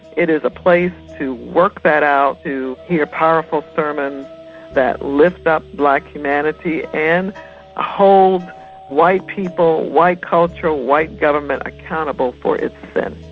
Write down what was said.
it is a place to work that out, to hear powerful sermons that lift up black humanity and hold white people, white culture, white government accountable for its